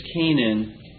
Canaan